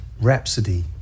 Rhapsody